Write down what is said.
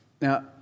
Now